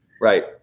right